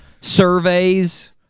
surveys